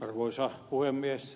arvoisa puhemies